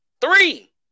Three